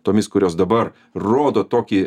tomis kurios dabar rodo tokį